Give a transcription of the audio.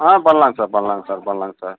ஆ பண்ணலாங்க சார் பண்ணலாங்க சார் பண்ணலாங்க சார்